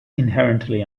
inherently